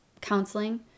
counseling